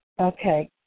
Okay